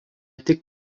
tik